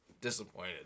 Disappointed